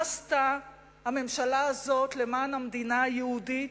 מה עשתה הממשלה הזאת למען המדינה היהודית?